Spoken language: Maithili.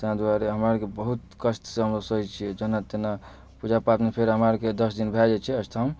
तैँ दुआरे हमरा अर के बहुत कष्ट सँ हमसब सहै छियै जेना तेना पूजा पाठ मे फेर हमरा अर के दस दिन भए जाइ छै अष्टजाम